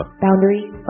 Boundary